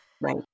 Right